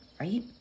Right